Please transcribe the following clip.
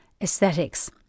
aesthetics